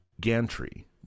gantry